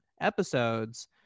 episodes